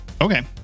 Okay